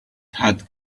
had